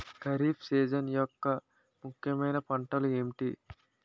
Kharif season యెక్క ముఖ్యమైన పంటలు ఏమిటీ?